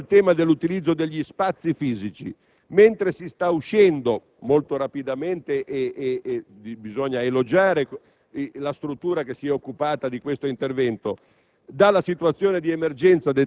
Infine, un cenno al tema dell'utilizzo degli spazi fisici. Mentre si sta uscendo molto rapidamente - e bisogna elogiare la struttura che si è occupata di questo intervento